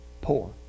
poor